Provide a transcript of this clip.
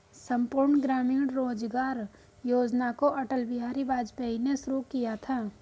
संपूर्ण ग्रामीण रोजगार योजना को अटल बिहारी वाजपेयी ने शुरू किया था